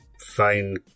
fine